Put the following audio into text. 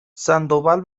sandoval